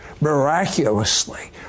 Miraculously